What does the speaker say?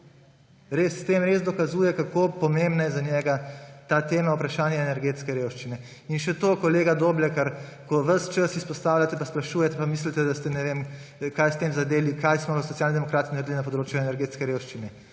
S tem res dokazuje, kako pomembna je za njega ta tema, vprašanje energetske revščine. Še to, kolega Doblekar, ko ves čas izpostavljate in sprašujete pa mislite, da ste ne vem kaj s tem zadeli, kaj smo Socialni demokrati naredili na področju energetske revščine.